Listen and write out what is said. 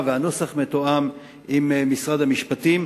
והנוסח של החוק הזה מתואם עם משרד המשפטים,